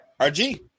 RG